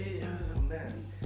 man